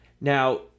Now